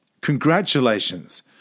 Congratulations